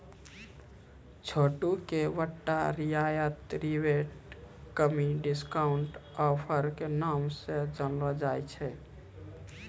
छूट के बट्टा रियायत रिबेट कमी डिस्काउंट ऑफर नाम से जानलो जाय छै